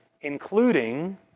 including